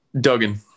Duggan